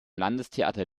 landestheater